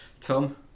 Tom